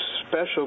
special